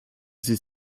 sie